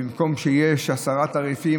ובמקום שיש עשרה תעריפים,